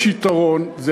יש יתרון, לא כולם.